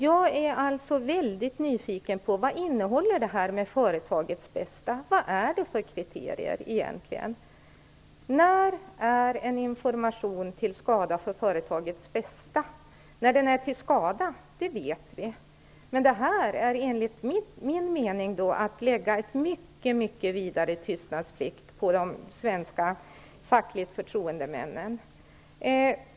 Jag är alltså väldigt nyfiken: Vad innehåller det här med "företagets bästa"? Vad är det för kriterier egentligen? När är en information till skada för företagets bästa? När den är till skada vet vi. Men det här är enligt min mening att lägga en mycket, mycket vidare tystnadsplikt på de svenska fackliga förtroendemännen.